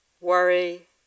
worry